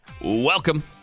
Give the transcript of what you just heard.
welcome